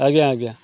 ଆଜ୍ଞା ଆଜ୍ଞା